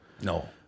No